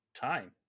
time